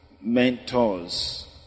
mentors